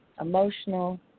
emotional